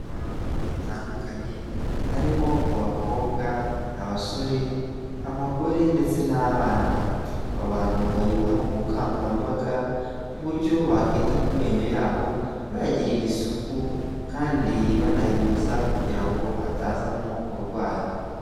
Abantu batandukanye, harimo abakobwa, abasore, abagore, ndetse n'abana, aba bantu bari guhabwa ubukangurambaga, ku buryo bakita ku menyo yabo, bayagirira isuku kandi banayoza, kugira ngo atazamo uburwayi.